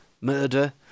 murder